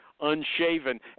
Unshaven